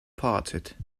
parted